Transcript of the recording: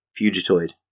Fugitoid